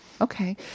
Okay